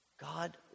God